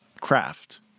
craft